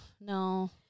no